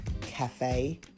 cafe